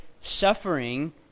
suffering